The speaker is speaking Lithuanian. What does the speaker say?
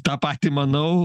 tą patį manau